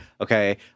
okay